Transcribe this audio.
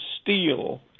steel